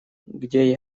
где